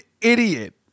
idiot